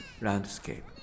landscape